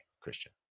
Christian